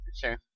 Sure